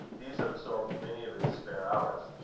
these absorbed many of his spare hours.